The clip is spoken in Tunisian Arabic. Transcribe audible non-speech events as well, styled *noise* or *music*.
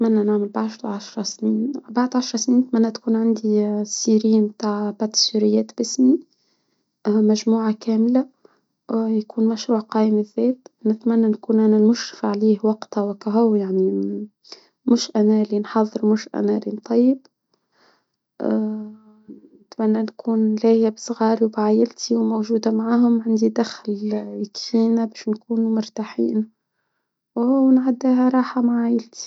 أتمنى نعمل بعشرة- عشر سنين، بعد عشر سنين. أتمنى تكون عندي سيرين بتاع باتسيريات باسمي *hesitation* مجموعة كاملة ويكون مشروع قايم الزيت بنتمنى نكون أنا المشرف عليه وقتها وكاهو يعني، *hesitation* مش أنا اللي نحضر، مش أنا اللي نطيب. *hesitation* نتمنى نكون لاهية بصغار وبعايلتي وموجودة معاهم، عندي دخل كينة بس نكونوا مرتاحين ونعديها راحة مع عيلتي.